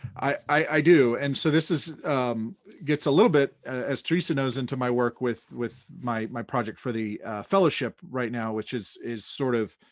i do, and so this gets a little bit, as teresa knows, into my work with with my my project for the fellowship right now, which is is sort of,